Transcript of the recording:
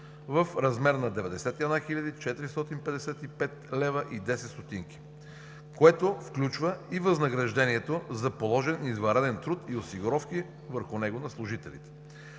в размер на 91 хил. 455,10 лв., което включва и възнаграждението за положен извънреден труд и осигуровки върху него на служителите.